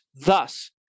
Thus